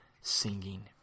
singing